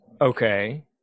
Okay